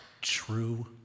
True